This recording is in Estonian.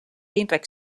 indrek